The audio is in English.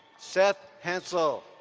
seth hensel.